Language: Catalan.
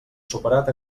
superat